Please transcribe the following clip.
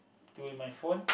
to my phone